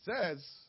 says